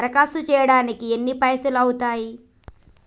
దరఖాస్తు చేయడానికి ఎన్ని పైసలు అవుతయీ?